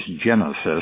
Genesis